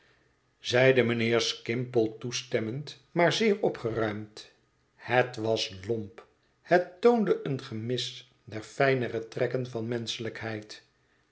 zeide mijnheer skimpole toestemmend maar zeer opgeruimd het was lomp het toonde een gemis der fijnere trekken van menschelijkheid